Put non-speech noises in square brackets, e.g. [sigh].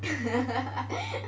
[laughs]